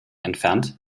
entfernt